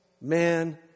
man